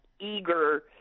eager